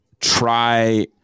try